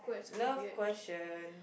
love question